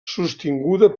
sostinguda